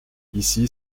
ici